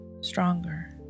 stronger